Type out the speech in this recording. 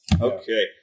Okay